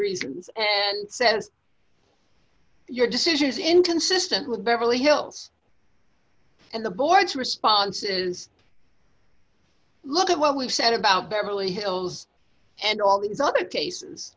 reasons and says your decision is inconsistent with beverly hills and the board's response is look at what we've said about beverly hills and all these other cases